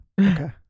Okay